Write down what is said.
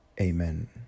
Amen